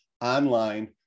online